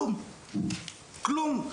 כלום, כלום.